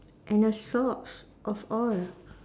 and the socks of all